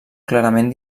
clarament